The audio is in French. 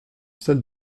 celle